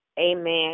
Amen